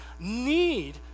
need